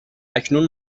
اکنون